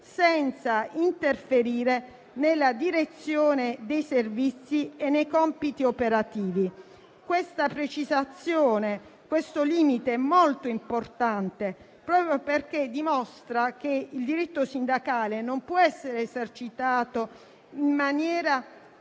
senza interferire nella direzione dei servizi e nei compiti operativi. La precisazione di questo limite è molto importante, proprio perché dimostra che il diritto sindacale non può essere esercitato in maniera